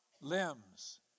limbs